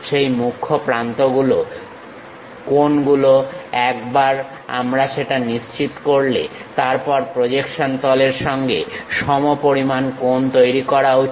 সেই মুখ্য প্রান্তগুলো কোনগুলো একবার আমরা সেটা নিশ্চিত করলে তাদের প্রজেকশন তলের সঙ্গে সমপরিমাণ কোণ তৈরি করা উচিত